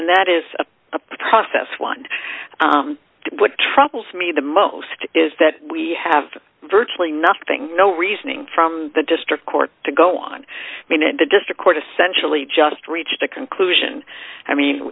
and that is a process one what troubles me the most is that we have virtually nothing no reasoning from the district court to go on mean in the district court essentially just reached a conclusion i